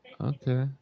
Okay